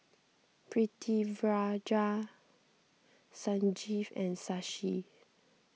Pritiviraj Sanjeev and Shashi